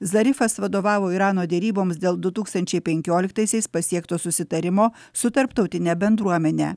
zarifas vadovavo irano deryboms dėl du tūkstančiai penkioliktaisiais pasiekto susitarimo su tarptautine bendruomene